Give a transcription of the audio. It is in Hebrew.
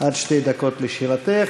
עד שתי דקות לשאלתך.